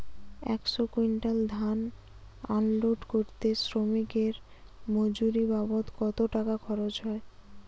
একশো কুইন্টাল ধান আনলোড করতে শ্রমিকের মজুরি বাবদ কত টাকা খরচ হয়?